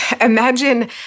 Imagine